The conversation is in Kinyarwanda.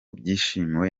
byishimiwe